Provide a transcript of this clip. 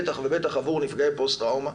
בטח ובטח עבור נפגעי פוסט טראומה,